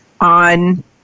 on